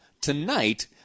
tonight